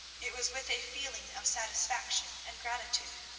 it was with a feeling of satisfaction and gratitude.